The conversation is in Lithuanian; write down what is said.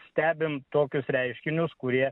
stebim tokius reiškinius kurie